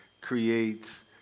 creates